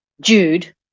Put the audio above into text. Jude